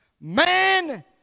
Man